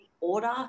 order